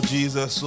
Jesus